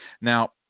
Now –